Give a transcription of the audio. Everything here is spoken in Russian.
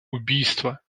убийства